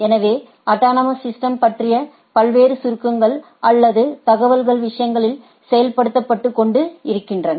எனவே autonomous system பற்றிய பல்வேறு சுருக்கங்கள் அல்லது தகவல்கள் விஷயங்களில் செலுத்தப்பட்டு கொண்டு இருக்கின்றன